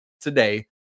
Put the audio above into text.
today